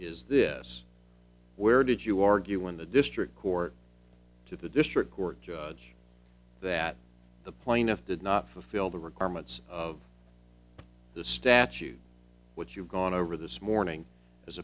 is this where did you argue when the district court to the district court judge that the plaintiff did not fulfill the requirements of the statute which you've gone over this morning as